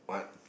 what